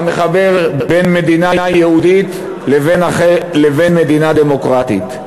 המחבר בין מדינה יהודית לבין מדינה דמוקרטית.